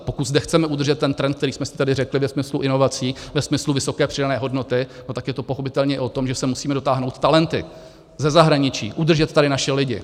Pokud zde chceme udržet ten trend, který jsme si tady řekli ve smyslu inovací, ve smyslu vysoké přidané hodnoty, tak je to pochopitelně i o tom, že sem musíme dotáhnout talenty ze zahraničí, udržet tady naše lidi.